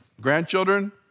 grandchildren